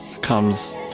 comes